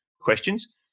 questions